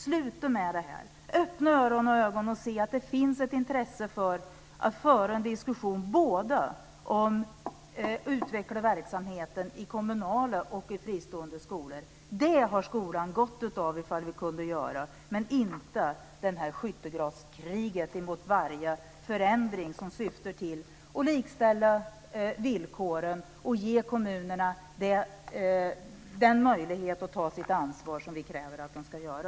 Sluta upp med det här! Öppna öron och ögon och hör och se att det finns ett intresse för att föra en diskussion om att utveckla verksamheten både i kommunala och i fristående skolor. Det skulle skolan ha gott av om vi kunde göra, men inte av det här skyttegravskriget mot varje förändring som syftar till att likställa villkoren och ge kommunerna möjlighet att det ansvar som vi kräver att de ska göra.